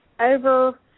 over